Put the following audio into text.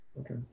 Okay